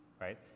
right